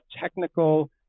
technical